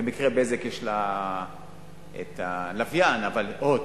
במקרה ל"בזק" יש את הלוויין, אבל "הוט"